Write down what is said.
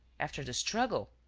after the struggle.